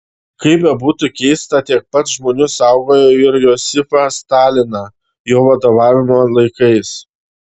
kaip bebūtų keista tiek pat žmonių saugojo ir josifą staliną jo vadovavimo laikais